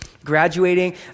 graduating